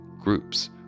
Groups